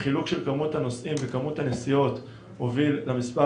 חילוק של כמות הנוסעים בכמות הנסיעות הוביל למספר